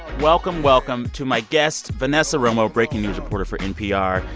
welcome, welcome to my guest vanessa romo, breaking news reporter for npr,